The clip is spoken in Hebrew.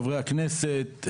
חברי הכנסת,